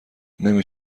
نمی